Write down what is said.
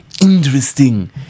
interesting